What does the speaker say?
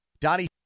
donnie